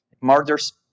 Murders